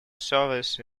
service